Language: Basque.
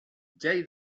jai